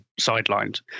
sidelined